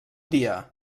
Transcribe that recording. dia